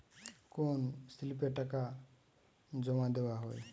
কোন স্লিপে টাকা জমাদেওয়া হয়?